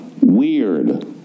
weird